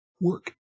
work